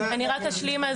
רק אשלים.